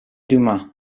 dumas